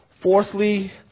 Fourthly